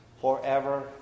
forever